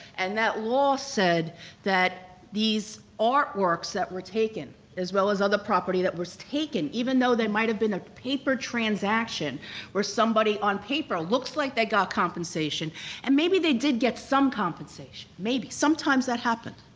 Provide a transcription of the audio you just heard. and that law said that these artworks that were taken, as well as other property that was taken, even though there might've been a paper transaction where somebody on paper looks like they got compensation, and maybe they did get some compensation. maybe, sometimes that happened.